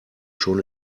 schon